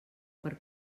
per